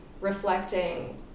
reflecting